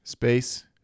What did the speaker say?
Space